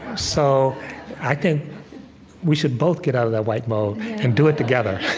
so i think we should both get out of that white mode and do it together.